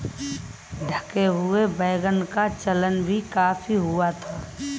ढके हुए वैगन का चलन भी काफी हुआ था